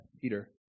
Peter